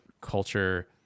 culture